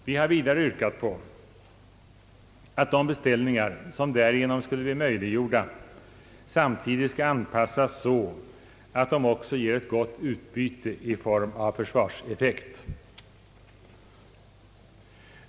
Vi har vidare yrkat på att de beställningar som därigenom skulle bli möjliga samtidigt skall avpassas så att de också ger ett gott utbyte i försvarseffekt.